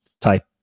type